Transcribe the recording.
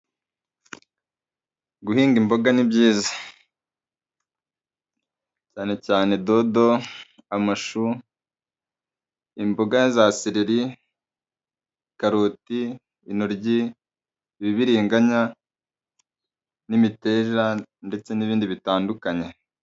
Guhinga imboga ni byiza, cyane cyane dodo, amashu, imboga za sereri, karoti intoryi, ibibiriganya n'imiteja ndetse n'ibindi bitandukanye.